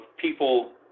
people